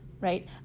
right